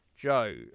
Joe